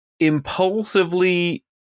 impulsively